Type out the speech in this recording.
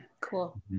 Cool